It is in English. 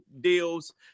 deals